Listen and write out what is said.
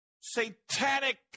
satanic